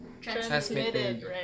transmitted